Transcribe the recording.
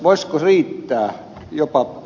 voisiko riittää jopa ed